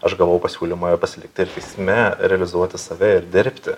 aš gavau pasiūlymą pasilikti ir teisme realizuoti save ir dirbti